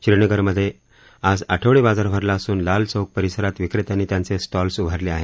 श्रीनगरमधे आज आठवडे बाजार भरला असून लाल चौक परिसरात विकेत्यांनी त्यांचे स्टॉल्स उभारले आहेत